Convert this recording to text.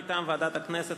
מטעם ועדת הכנסת,